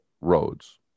roads